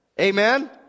amen